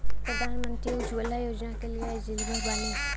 प्रधानमंत्री उज्जवला योजना के लिए एलिजिबल बानी?